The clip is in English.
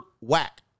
whack